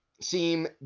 seem